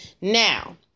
Now